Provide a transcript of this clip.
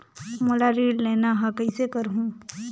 मोला ऋण लेना ह, कइसे करहुँ?